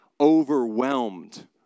overwhelmed